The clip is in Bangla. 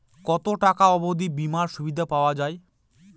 কত টাকা অবধি বিমার সুবিধা পাওয়া য়ায়?